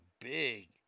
big